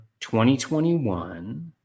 2021